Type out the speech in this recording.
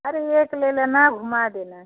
अरे एक ले लेना घुमा देना